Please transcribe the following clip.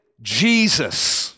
Jesus